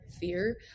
fear